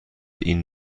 این